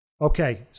Okay